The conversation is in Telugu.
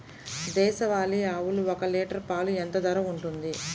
దేశవాలి ఆవులు ఒక్క లీటర్ పాలు ఎంత ధర ఉంటుంది?